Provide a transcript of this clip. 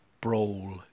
brawl